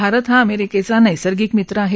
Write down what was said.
भारत हा अमेरिकेचा नैसर्गिक मित्र आहे